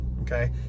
okay